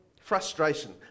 frustration